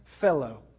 fellow